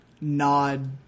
nod